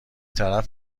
طرف